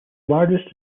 largest